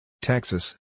Texas